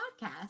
podcast